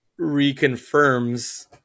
reconfirms